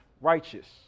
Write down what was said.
righteous